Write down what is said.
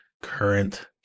current